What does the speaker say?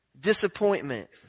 disappointment